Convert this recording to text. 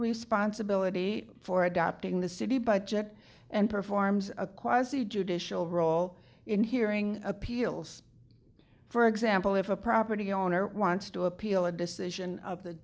responsibility for adopting the city budget and performs a quasi judicial role in hearing appeals for example if a property owner wants to appeal the decision of the